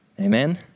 Amen